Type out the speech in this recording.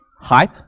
Hype